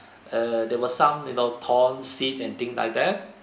eh there were some you know torn seat and thing like that